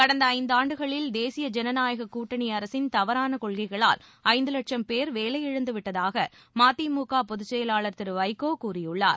கடந்த ஐந்தாண்டுகளில் தேசிய ஜனநாயக்க கூட்டணி அரசின் தவறான கொள்கைகளால் ஐந்து லட்சும் பேர் வேலை இழந்துவிட்டதாக மதிமுக பொதுச் செயலாளர் திரு வைகோ கூறியுள்ளார்